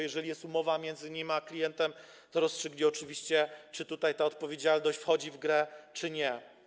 Jeżeli jest umowa między nim a klientem, sąd rozstrzygnie oczywiście, czy tutaj ta odpowiedzialność wchodzi w grę, czy nie.